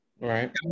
Right